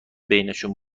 بینشون